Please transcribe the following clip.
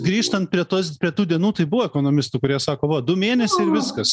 grįžtant prie tos prie tų dienų tai buvo ekonomistų kurie sako va du mėnesiai ir viskas